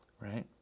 right